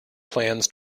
plans